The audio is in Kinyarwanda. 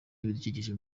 ibidukikije